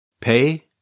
Pay